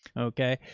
okay.